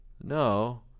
No